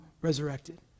resurrected